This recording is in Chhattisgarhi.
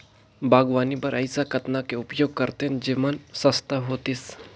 बागवानी बर ऐसा कतना के उपयोग करतेन जेमन सस्ता होतीस?